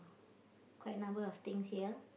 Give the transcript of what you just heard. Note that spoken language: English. quite a number of things here